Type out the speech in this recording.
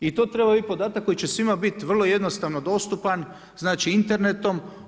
I to treba biti podatak koji će svima biti vrlo jednostavno dostupan znači internetom.